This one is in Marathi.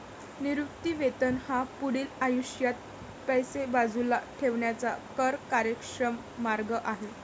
निवृत्ती वेतन हा पुढील आयुष्यात पैसे बाजूला ठेवण्याचा कर कार्यक्षम मार्ग आहे